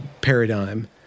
paradigm